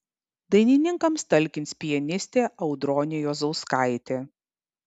dainininkams talkins pianistė audronė juozauskaitė